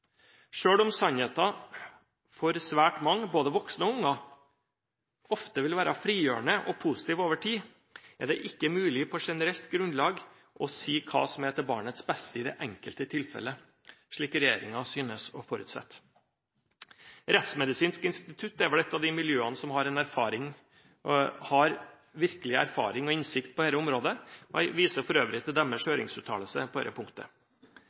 om sannheten for svært mange, både voksne og barn, ofte vil være frigjørende og positiv over tid, er det ikke mulig på generelt grunnlag å si hva som er til barnets beste i det enkelte tilfelle, slik regjeringen synes å forutsette. Rettsmedisinsk institutt er vel et av de miljøene som har virkelig erfaring og innsikt på dette området, og jeg viser for øvrig til deres høringsuttalelse på dette punktet.